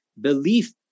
belief